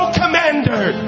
commander